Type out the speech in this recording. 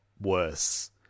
worse